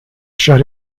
shut